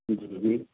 جی جی